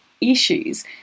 issues